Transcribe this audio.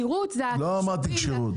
לא אמרתי כשירות.